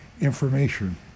information